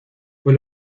fue